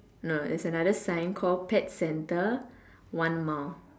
no it's another sign called pet centre one mile